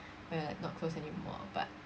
when like not close anymore but